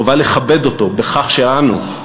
חובה לכבד אותו בכך שאנו,